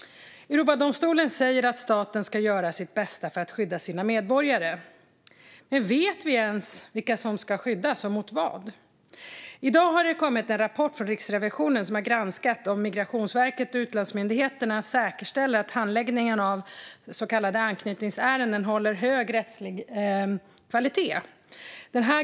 Europadomstolen säger att staten ska göra sitt bästa för att skydda sina medborgare. Men vet vi ens vilka som ska skyddas och mot vad? I dag har det kommit en rapport från Riksrevisionen, som har granskat om Migrationsverket och utlandsmyndigheterna säkerställer att handläggningen av så kallade anknytningsärenden håller hög rättslig kvalitet.